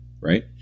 Right